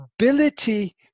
Ability